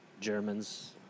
Germans